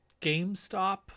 GameStop